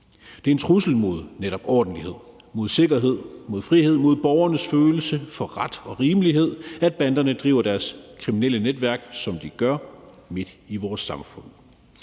Det er en trussel mod netop ordentlighed, mod sikkerhed, mod frihed og mod borgernes følelse for ret og rimelighed, at banderne driver deres kriminelle netværk, som de gør, midt i vores samfund.